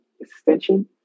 extension